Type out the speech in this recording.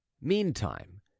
meantime